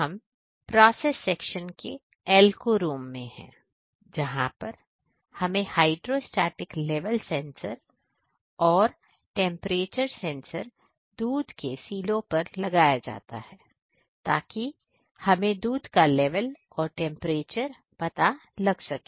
अब हम process section के एल्को रूम में है जहां पर हमें हाइड्रोस्टेटिक लेवल सेंसर और टेंपरेचर सेंसर दूध सीलो पर लगाया गया है ताकि हमें दूध का लेवल और टेंपरेचर पता लग सके